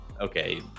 okay